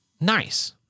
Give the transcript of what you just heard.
nice